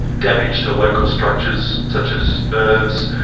damage to local structures such as nerves,